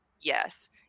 Yes